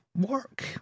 work